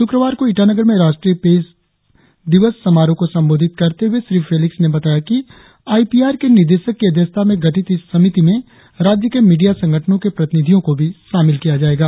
शुक्रवार को ईटानगर में राष्ट्रीय प्रेस दिवस समारोह को संबंधित करते हुए श्री फेलिक्स ने बताया कि आईपीआर के निदेशक की अध्यक्षता में गठित इस समिति में राज्य के मीडिया संगठनो के प्रतिनिधियो को भी शामिल किया जायेगा